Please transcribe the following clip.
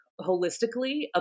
holistically